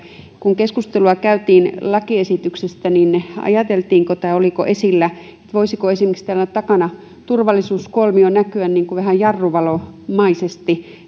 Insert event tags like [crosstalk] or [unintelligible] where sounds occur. kun keskustelua käytiin lakiesityksestä niin niin ajateltiinko tai oliko esillä voisiko esimerkiksi takana turvallisuuskolmio näkyä vähän jarruvalomaisesti [unintelligible]